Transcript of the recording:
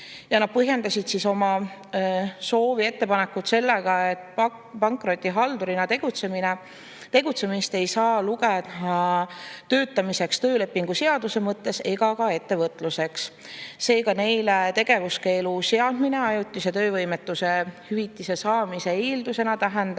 Nad põhjendasid oma soovi või ettepanekut sellega, et pankrotihaldurina tegutsemist ei saa lugeda töötamiseks töölepingu seaduse mõttes ega ka ettevõtluseks. Seega neile tegevuskeelu seadmine ajutise töövõimetuse hüvitise saamise eeldusena tähendab